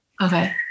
okay